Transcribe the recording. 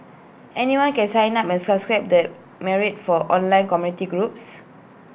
anyone can sign up and subscribe the myriad for online community groups